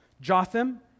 Jotham